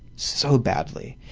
so badly.